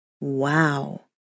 Wow